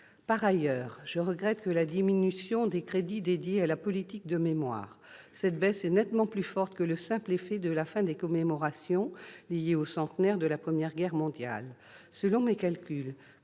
Par ailleurs, je regrette la diminution des crédits dédiés à la politique de mémoire. Cette baisse est nettement plus forte que le simple effet de la fin des commémorations liées au centenaire de la Première Guerre mondiale. Selon mes calculs,